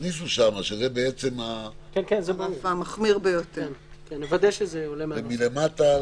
אפרופו הודעות שקיבלנו גם היום לגבי החלטות של ראש הממשלה,